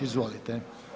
Izvolite.